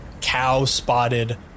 cow-spotted